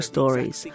Stories